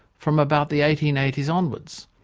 from about the eighteen eighty s onwards.